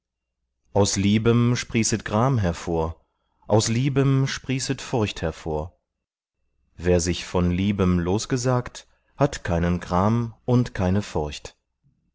aus liebem sprießet gram hervor aus liebem sprießet furcht hervor wer sich von liebem losgesagt hat keinen gram und keine furcht